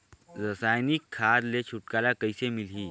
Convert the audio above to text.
रसायनिक खाद ले छुटकारा कइसे मिलही?